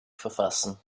verfassen